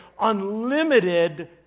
unlimited